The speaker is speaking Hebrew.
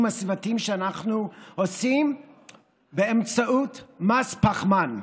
הסביבתיים שאנחנו עושים באמצעות מס פחמן.